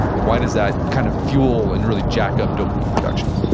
and why does that kind of fuel and really jack up dopamine production?